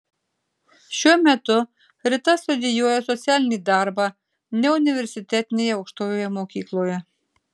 šiuo metu rita studijuoja socialinį darbą neuniversitetinėje aukštojoje mokykloje